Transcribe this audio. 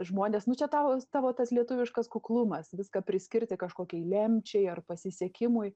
žmonės nu čia tau tavo tas lietuviškas kuklumas viską priskirti kažkokiai lemčiai ar pasisekimui